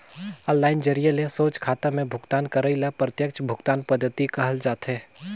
online जरिए ले सोझ खाता में भुगतान करई ल प्रत्यक्छ भुगतान पद्धति कहल जाथे